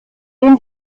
den